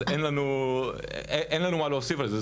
אין לנו מה להוסיף על זה.